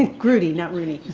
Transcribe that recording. groody, not rooney.